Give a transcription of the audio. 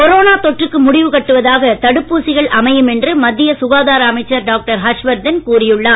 corona தொற்றுக்கு முடிவு கட்டுவதாக தடுப்பூசிகள் அமையும் என்று மத்திய சுகாதார அமைச்சர் டாக்டர் ஹர்ஷ் வர்தன் கூறியுள்ளார்